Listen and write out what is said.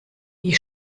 die